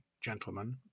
gentlemen